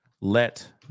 let